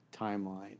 timeline